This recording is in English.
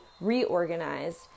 reorganized